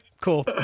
Cool